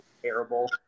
terrible